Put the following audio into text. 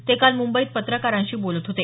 ते काल मुंबईत पत्रकारांशी बोलत होते